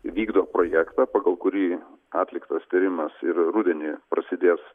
vykdo projektą pagal kurį atliktas tyrimas ir rudenį prasidės